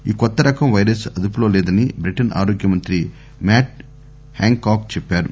ఈ కొత్తరకం వైరస్ అదుపులో లేదని బ్రిటన్ ఆరోగ్య మంత్రి మ్యాట్ హ్వాంగ్ కాక్ చెప్పారు